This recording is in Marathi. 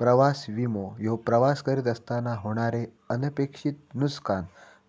प्रवास विमो ह्यो प्रवास करीत असताना होणारे अनपेक्षित नुसकान